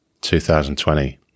2020